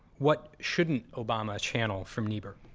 what shouldn't obama channel from niebuhr?